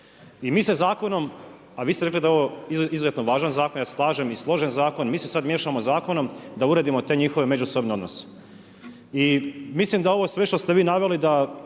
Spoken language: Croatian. I mi se zakonom, a vi ste rekli da je ovo izuzetno važan zakon, ja se slažem, i složen zakon mi se sada miješamo zakonom da uredimo te njihove međusobne odnose. I mislim da sve ovo što ste vi naveli da